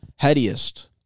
Headiest